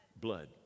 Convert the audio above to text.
blood